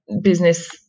business